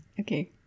Okay